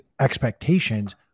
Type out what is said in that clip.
expectations